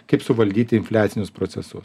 kaip suvaldyti infliacinius procesus